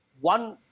one